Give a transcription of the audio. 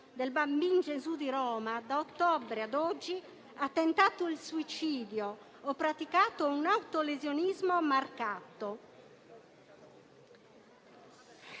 del Bambino Gesù di Roma da ottobre ad oggi ha tentato il suicidio o ha praticato un autolesionismo marcato.